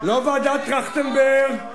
לא ועדת-טרכטנברג,